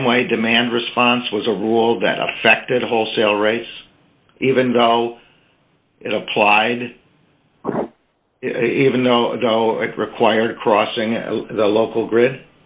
same way demand response was a rule that affected a wholesale race even though it applied it even though it required a crossing of the local grid